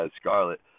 scarlet